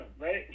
right